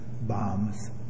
bombs